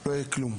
לא יהיה כלום,